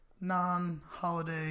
non-holiday